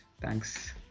thanks